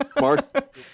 Mark